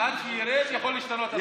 עד שירד יכול להשתנות הדבר.